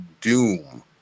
Doom